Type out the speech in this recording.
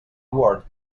ward